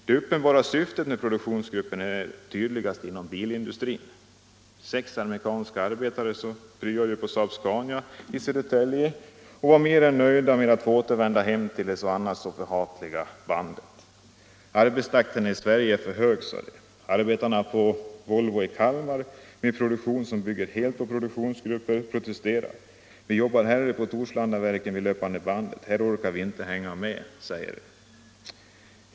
Det uppenbara syftet med produktionsgrupperna är tydligast inom bilindustrin. Sex amerikanska arbetare som ”pryat” på Saab-Scania i Södertälje var mer än nöjda med att få återvända hem till det annars så förhatliga bandet. Arbetstakten i Sverige är för hög, sade de. Arbetarna på Volvo i Kalmar med en produktion som bygger helt på produktionsgrupper protesterar. — Vi jobbar hellre på Torslandaverken vid det löpande bandet. Här orkar vi inte hänga med, säger de.